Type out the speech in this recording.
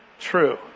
true